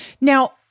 Now